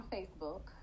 Facebook